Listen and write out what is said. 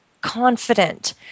confident